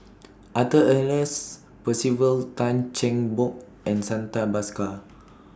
Arthur Ernest Percival Tan Cheng Bock and Santha Bhaskar